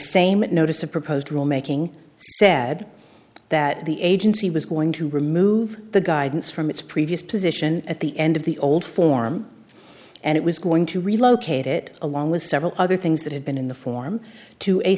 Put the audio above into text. same notice of proposed rule making said that the agency was going to remove the guidance from its previous position at the end of the old form and it was going to relocate it along with several other things that had been in the form to a